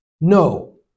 No